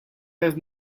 have